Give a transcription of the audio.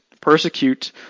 persecute